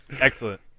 Excellent